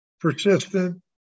persistent